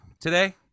today